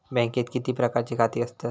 बँकेत किती प्रकारची खाती असतत?